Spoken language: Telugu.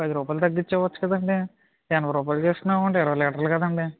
పది రూపాయలు తగ్గించి ఇవ్వచ్చు కదండీ ఎనభై రూపాయలు చేసుకొని ఇవ్వండి ఇరవై లీటర్లు కదండీ